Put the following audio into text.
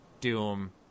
Doom